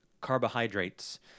carbohydrates